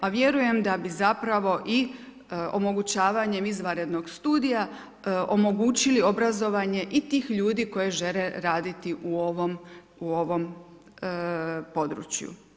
A vjerujem da bi zapravo i omogućavanjem izvanrednog studija omogućili obrazovanje i tih ljudi koji žele raditi u ovom području.